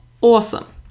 awesome